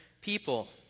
people